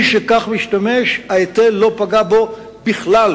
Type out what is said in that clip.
מי שכך משתמש, ההיטל לא פגע בו בכלל,